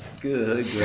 Good